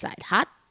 hot